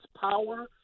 power